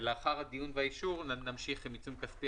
שלא בהתאם לתנאי רישיון5,000 בשל ספק גז,